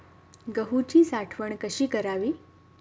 गहूची साठवण कशी करावी?